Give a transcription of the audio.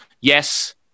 Yes